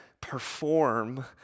perform